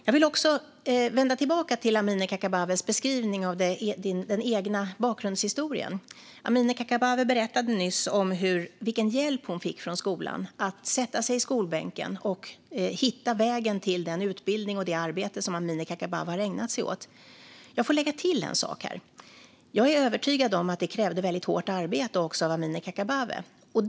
Jag vill vända tillbaka till Amineh Kakabavehs beskrivning av den egna bakgrundshistorien. Amineh Kakabaveh berättade nyss om vilken hjälp hon fick från skolan med att sätta sig i skolbänken och hitta vägen till den utbildning och det arbete som hon har ägnat sig åt. Låt mig lägga till en sak: Jag är övertygad om att det också krävde väldigt hårt arbete av Amineh Kakabaveh.